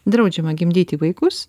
draudžiama gimdyti vaikus